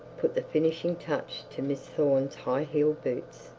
put the finishing touch to miss thorne's high-heeled boots.